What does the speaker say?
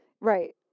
Right